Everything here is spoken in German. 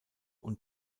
und